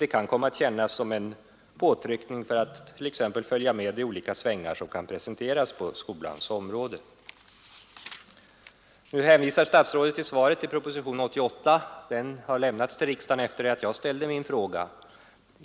Detta kan komma att kännas som en påtryckning för vederbörande att t.ex. följa med i olika svängningar som presenteras på skolans område. Nu hänvisar statsrådet i svaret endast till propositionen 88, som lämnades till riksdagen efter det att jag hade framställt min fråga.